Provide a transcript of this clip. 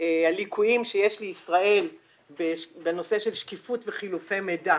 על ליקויים שיש לישראל בנושא של שקיפות וחילופי מידע,